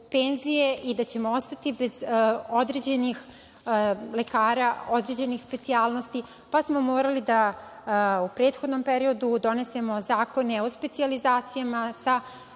i da ćemo ostati bez određenih lekara, određenih specijalnosti, pa smo morali, da u prethodnom periodu, donesemo zakone o specijalizacijama sa